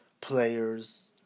players